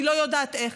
אני לא יודעת איך,